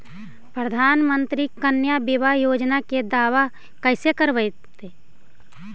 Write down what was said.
प्रधानमंत्री कन्या बिबाह योजना के दाबा कैसे करबै?